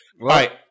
Right